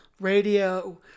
radio